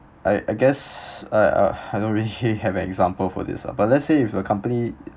I I guess I uh I don't really have an example for this lah but let's say if a company